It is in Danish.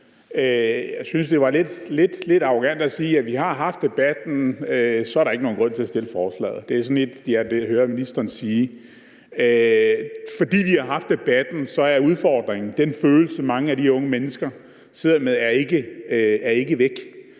Jeg synes, det var lidt arrogant at sige, at vi har haft debatten før, og derfor er der ikke nogen grund til at fremsætte forslaget. Det er lidt det, jeg hører ministeren sige. Bare fordi vi har haft debatten, er udfordringen og den følelse, mange af de her unge mennesker sidder med, ikke væk.